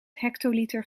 hectoliter